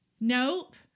nope